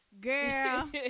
girl